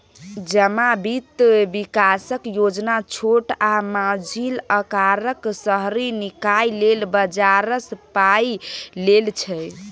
जमा बित्त बिकासक योजना छोट आ मँझिला अकारक शहरी निकाय लेल बजारसँ पाइ लेल छै